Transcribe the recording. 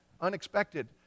unexpected